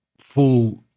full